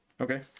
Okay